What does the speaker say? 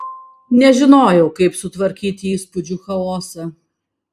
nežinojau kaip sutvarkyti įspūdžių chaosą